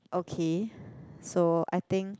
okay so I think